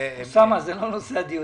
אוסאמה, זה לא נושא הדיון.